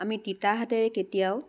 আমি তিতা হাতেৰে কেতিয়াও